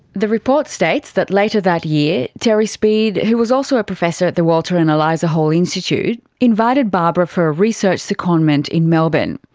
the report states that later that year, terry speed, who was also a professor at the walter and eliza hall institute, invited barbara for a research secondment in melbourne.